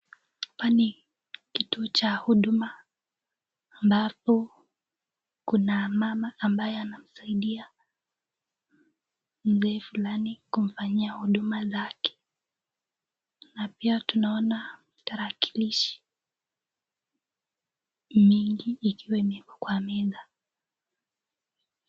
Hapa ni kituo cha huduma ambapo kuna mama ambaye anamsaidia mzee fulani kumfanyia huduma zake. Na pia tunaona tarakilishi nyingi ikiwa imewekwa kwa meza.